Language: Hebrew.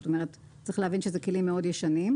זאת אומרת, צריך להבין שאלה כלים מאוד ישנים,